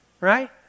Right